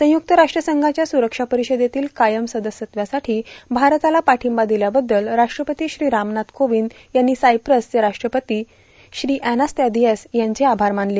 संयुक्त राष्ट्रसंघाच्या सुरक्षा परिषदेतील कायम सदस्यत्वासाठी भारताला पाठिंबा दिल्याबद्दल राष्ट्रपती श्री रामनाथ कोविंद यांनी सायप्रसचे राष्ट्रपती श्री अनॅस्तासिएदिस यांचे आभार मानले